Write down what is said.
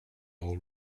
all